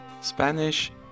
Spanish